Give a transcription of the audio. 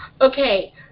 Okay